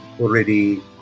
already